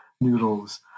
Noodles